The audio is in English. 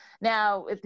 now